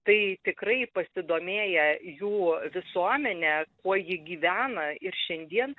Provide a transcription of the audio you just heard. tai tikrai pasidomėję jų visuomene kuo ji gyvena ir šiandien